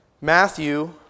Matthew